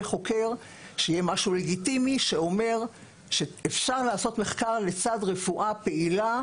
חוקר כמשהו לגיטימי שאומר שאפשר לעשות מחקר לצד רפואה פעילה